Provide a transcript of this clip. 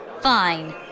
Fine